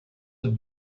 have